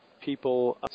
people